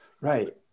Right